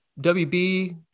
WB